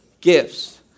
gifts